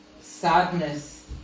sadness